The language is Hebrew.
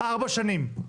ארבע שנים.